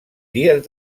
dies